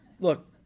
Look